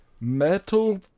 metal